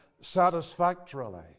satisfactorily